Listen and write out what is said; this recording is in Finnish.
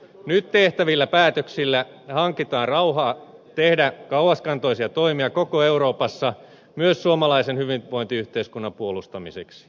nyt tehtävillä päätöksillä hankitaan rauhaa tehdä kauaskantoisia toimia koko euroopassa myös suomalaisen hyvinvointiyhteiskunnan puolustamiseksi